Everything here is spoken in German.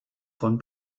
von